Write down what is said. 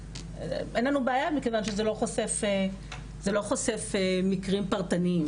אין לנו בעיה מכיוון שזה לא חושף מקרים פרטניים,